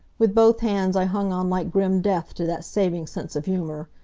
with both hands i hung on like grim death to that saving sense of humor,